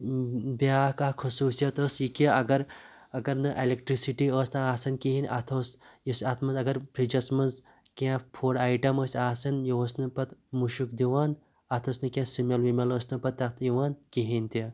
بیٛاکھ اَکھ خصوٗصِیَت ٲسۍ یہِ کہِ اَگَر اَگَر نہٕ ایٚلیکٹرٕک سِٹی ٲس تَتھ آسان کِہیٖنٛۍ اَتھ اوس یُس اَتھ منٛز اَگَر فِرِجَس منٛز کیٚنٛہہ فُڈ اَیٹَم ٲسۍ آسان یہِ اوس نہٕ پَتہٕ مُشُک دِوان اَتھ ٲسۍ نہٕ کیٚنٛہہ سِمیل وِمیل ٲسۍ نہٕ پَتہٕ تَتھ یِوان کِہیٖنٛۍ تہِ